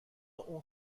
اون